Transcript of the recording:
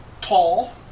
tall